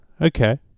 Okay